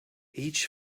each